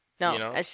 No